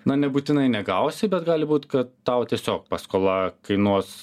na nebūtinai negausi bet gali būt kad tau tiesiog paskola kainuos